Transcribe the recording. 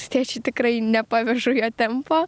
su tėčiu tikrai nepavežu jo tempo